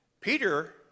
Peter